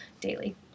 daily